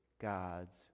God's